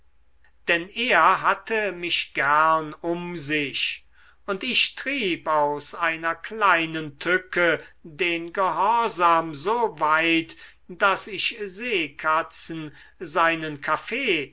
denn er hatte mich gern um sich und ich trieb aus einer kleinen tücke den gehorsam so weit daß ich seekatzen seinen kaffee